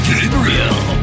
Gabriel